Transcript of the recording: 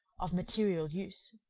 of material use.